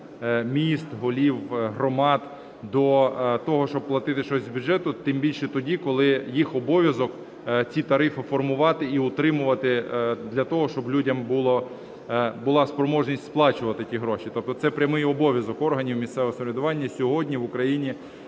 міст, голів громад до того, щоб платити щось з бюджету, тим більше тоді, коли їх обов'язок ці тарифи формувати і утримувати для того, щоб людям була спроможність сплачувати ті гроші. Тобто це прямий обов'язок органів місцевого самоврядування сьогодні в Україні